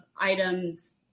items